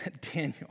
Daniel